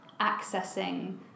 accessing